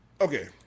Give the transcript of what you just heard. okay